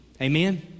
Amen